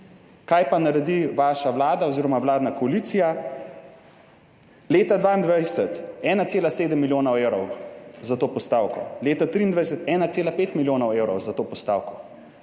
Kaj pa naredi vaša vlada oziroma vladna koalicija? Leta 2022 1,7 milijona evrov za to postavko, leta 2023 1,5 milijona evrov za to postavko,